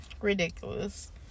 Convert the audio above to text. ridiculous